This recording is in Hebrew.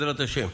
בעזרת השם.